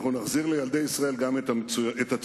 אנחנו נחזיר לילדי ישראל גם את הציונות.